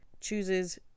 chooses